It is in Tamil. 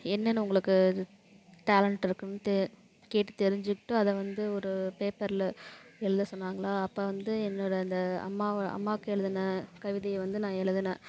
என்னென்ன உங்களுக்கு அது டேலண்ட் இருக்குதுன்ட்டு கேட்டு தெரிஞ்சுக்கிட்டு அதை வந்து ஒரு பேப்பரில் எழுத சொன்னாங்க அப்போ வந்து என்னோட அந்த அம்மாவை அம்மாவுக்கு எழுதுன கவிதையை வந்து நான் எழுதுனேன்